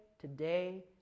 today